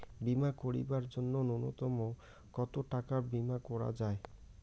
বীমা করিবার জন্য নূন্যতম কতো টাকার বীমা করা যায়?